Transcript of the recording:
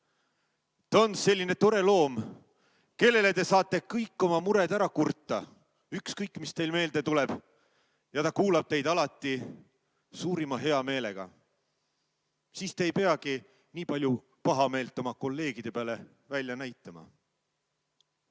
Ta on selline tore loom, kellele te saate kõik oma mured ära kurta, ükskõik, mis teile meelde tuleb. Ta kuulab teid alati suurima heameelega. Siis te ei peagi nii palju pahameelt oma kolleegide peal välja näitama.